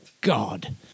God